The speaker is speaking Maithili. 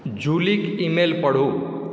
जुलीक ईमेल पढू